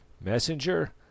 Messenger